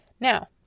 Now